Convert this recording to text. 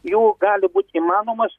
jų gali būt įmanomas